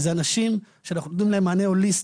וזה אנשים שאנחנו נותנים להם מענה הוליסטי,